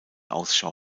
ausschau